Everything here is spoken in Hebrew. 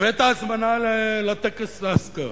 ואת ההזמנה לטקס האזכרה.